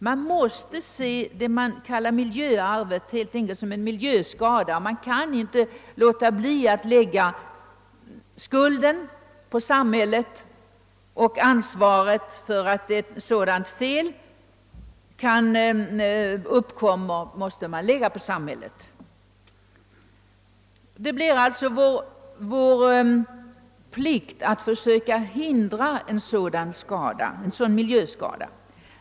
Man måste se vad man kallar miljöarvet helt enkelt som en miljöskada, som samhället bär ansvaret för. Det är alltså vår plikt att försöka förhindra uppkomsten av sådana miljöskador.